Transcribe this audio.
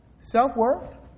Self-worth